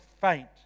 faint